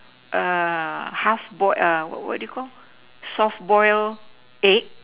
err half boil err what what do you call soft boil egg